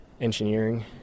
Engineering